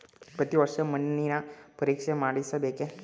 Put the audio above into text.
ಪ್ರತಿ ವರ್ಷ ಮಣ್ಣಿನ ಪರೀಕ್ಷೆ ಮಾಡಿಸಬೇಕೇ?